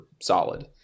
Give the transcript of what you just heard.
solid